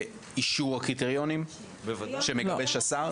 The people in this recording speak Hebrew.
באישור הקריטריונים שהשר מגבש?